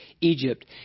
Egypt